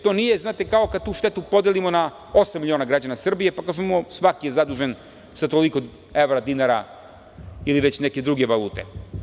To nije kao kad tu štetu podelimo na osam miliona građana Srbije, pa kažemo svaki je zadužen sa toliko evra, dinara ili veće neke druge valute.